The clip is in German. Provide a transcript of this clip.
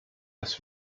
dass